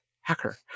hacker